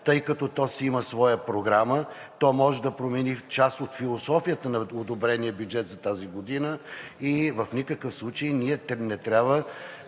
тъй като то си има своя програма, то може да промени част от философията на одобрения бюджет за тази година. В никакъв случай ние не трябва